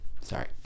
Sorry